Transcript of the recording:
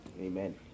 amen